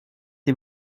die